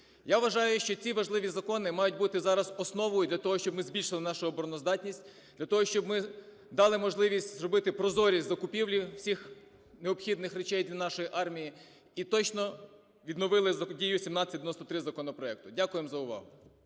Я вважаю, що ці важливі закони мають бути зараз основою для того, щоб ми збільшили нашу обороноздатність, для того, щоб ми дали можливість зробити прозорі закупівлі всіх необхідних речей для нашої армії, і точно відновили дію 1793 законопроекту. Дякуємо за увагу.